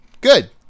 good